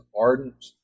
ardent